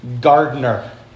gardener